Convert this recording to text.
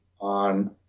on